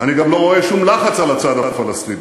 בצד הפלסטיני,